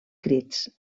crits